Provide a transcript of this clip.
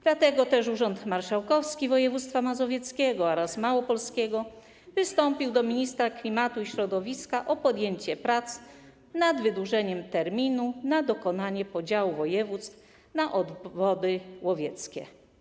Dlatego też Urząd Marszałkowski Województwa Mazowieckiego oraz Urząd Marszałkowski Województwa Małopolskiego wystąpiły do ministra klimatu i środowiska o podjęcie prac nad wydłużeniem terminu na dokonanie podziału województw na obwody łowieckie.